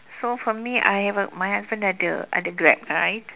so for me I have a my husband ada ada Grab right